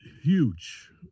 huge